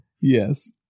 Yes